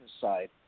side